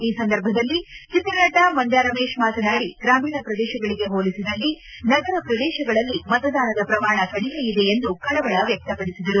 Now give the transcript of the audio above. ಈ ಸಂದರ್ಭದಲ್ಲಿ ಚಿತ್ರನಟ ಮಂಡ್ಕ ರಮೇಶ್ ಮಾತನಾಡಿ ಗ್ರಾಮೀಣ ಪ್ರದೇಶಗಳಿಗೆ ಹೋಲಿಸಿದಲ್ಲಿ ನಗರ ಪ್ರದೇಶಗಳಲ್ಲಿ ಮತದಾನದ ಪ್ರಮಾಣ ಕಡಿಮೆಯಿದೆ ಎಂದು ಕಳವಳ ವ್ಯಕ್ತಪಡಿಸಿದರು